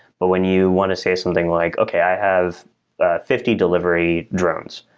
but when you want to say something like, okay, i have fifty delivery drones.